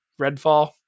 Redfall